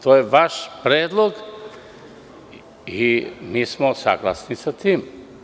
To je vaš predlog i mi smo saglasni sa tim.